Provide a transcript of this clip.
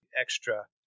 extra